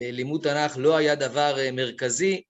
לימוד תנ״ך לא היה דבר מרכזי